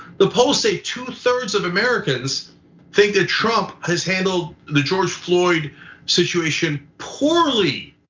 the polls say two-thirds of americans think that trump has handled the george floyd situation poorly,